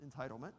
entitlement